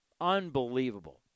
Unbelievable